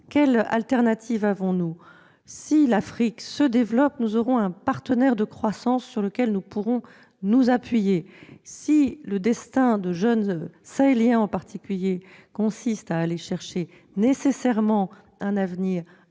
quelle alternative avons-nous ? Si l'Afrique se développe, nous aurons un partenaire de croissance sur lequel nous pourrons nous appuyer. Si le destin de jeunes Sahéliens, en particulier, consiste nécessairement à aller chercher